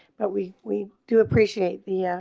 but we we do appreciate the ah.